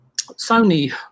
Sony